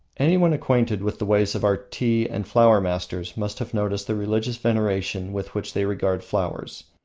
anyone acquainted with the ways of our tea and flower-masters must have noticed the religious veneration with which they regard flowers.